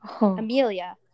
Amelia